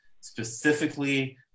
specifically